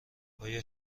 آیا